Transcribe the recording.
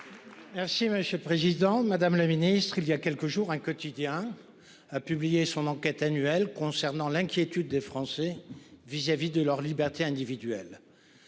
Merci monsieur le président, madame la ministre, il y a quelques jours un quotidien a publié son enquête annuelle concernant l'inquiétude des Français vis-à-vis de leur liberté individuelle.